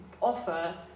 offer